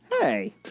Hey